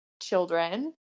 children